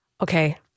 Okay